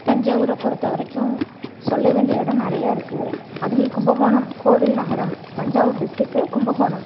தஞ்சாவூரை பொருத்த வரைக்கும் சொல்ல வேண்டிய இடம் நிறையா இருக்குது அதுலேயும் கும்பகோணம் கோவில் நகரம் தஞ்சாவூர் டிஸ்டிக்கு கும்பகோணம்